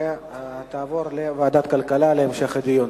ותעבור לוועדת הכלכלה להמשך הדיון.